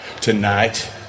Tonight